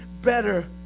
better